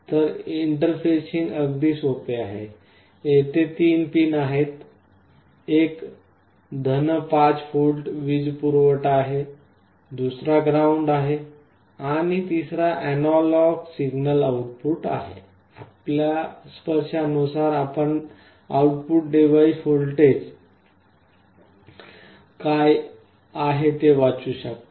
तर इंटरफेसिंग अगदी सोपे आहे तेथे तीन पिन आहेत एक 5 व्होल्ट वीजपुरवठा आहे दुसरा ग्राउंड आहे आणि तिसरा अॅनालॉग सिग्नल आउटपुट आहे आपल्या स्पर्शानुसार आपण आउटपुट व्होल्टेज काय आहे ते वाचू शकता